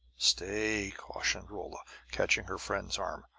stay! cautioned rolla, catching her friend's arm.